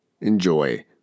Enjoy